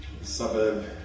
suburb